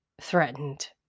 threatened